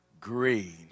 green